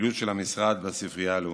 הפעילות של המשרד בספרייה הלאומית.